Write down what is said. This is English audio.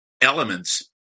elements